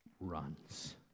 Runs